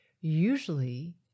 usually